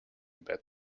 bad